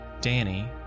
Danny